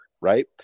Right